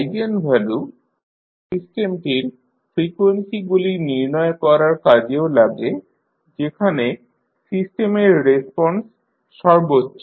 eigenvalue সিস্টেমটির ফ্রিকোয়েন্সিগুলি নির্ণয় করার কাজেও লাগে যেখানে সিস্টেমের রেসপন্স সর্বোচ্চ